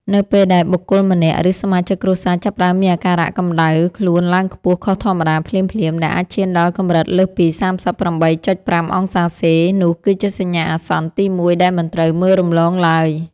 នៅពេលដែលបុគ្គលម្នាក់ ឬសមាជិកគ្រួសារចាប់ផ្តើមមានអាការៈកម្ដៅខ្លួនឡើងខ្ពស់ខុសធម្មតាភ្លាមៗ ដែលអាចឈានដល់កម្រិតលើសពី ៣៨.៥ អង្សាសេ នោះគឺជាសញ្ញាអាសន្នទីមួយដែលមិនត្រូវមើលរំលងឡើយ។